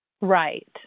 Right